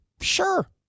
Sure